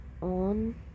on